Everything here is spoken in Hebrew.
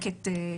צודקת,